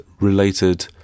related